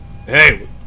hey